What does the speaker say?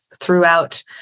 throughout